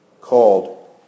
Called